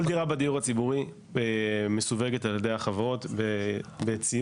כל דירה בדיור הציבורי מסווגת על-ידי החברות בציון